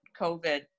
COVID